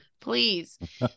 Please